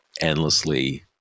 endlessly